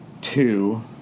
two